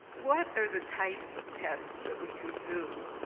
what are the types of tests that we can do?